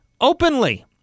openly